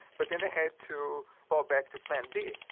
but then they had to fall back to plan b,